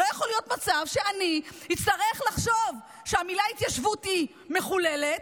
לא יכול להיות מצב שבו אני אצטרך לחשוב שהמילה "התיישבות" היא מחוללת,